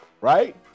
right